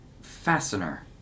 fastener